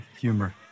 humor